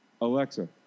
Alexa